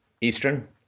Eastern